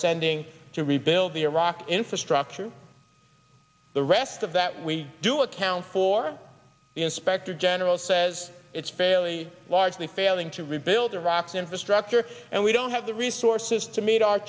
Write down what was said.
sending to rebuild iraq's infrastructure the rest of that we do account for the inspector general says it's fairly largely failing to rebuild iraq's infrastructure and we don't have the resources to meet our